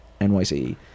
nyc